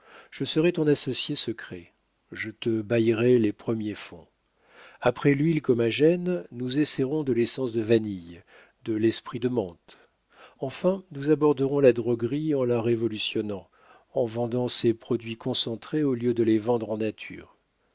je serai ton associé secret je te baillerai les premiers fonds après l'huile comagène nous essaierons de l'essence de vanille de l'esprit de menthe enfin nous aborderons la droguerie en la révolutionnant en vendant ses produits concentrés au lieu de les vendre en nature